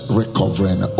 recovering